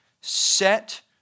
set